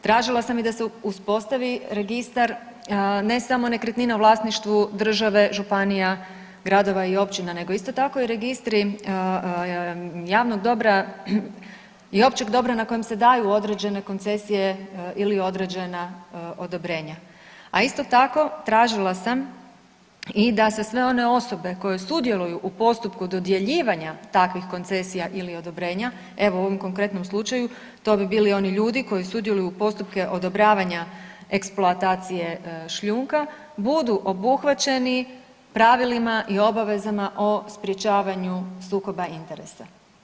Tražila sam i da se uspostavi registar ne samo nekretnina u vlasništvu države, županija, gradova i općina nego isto tako i registri javnog dobra i općeg dobra na kojem se daju određene koncesije ili određena odobrenja a isto tako, tražila sam i da se sve one osobe koje sudjeluju u postupku dodjeljivanja takvih koncesija ili odobrenja, evo u ovom konkretnom slučaju, to bi bili oni ljudi koji sudjeluju u postupke odobravanja eksploatacije šljunka, budu obuhvaćeni pravilima i obavezama o sprječavanju sukoba interesa.